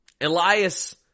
Elias